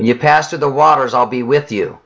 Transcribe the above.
you pastor the waters i'll be with you